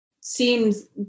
seems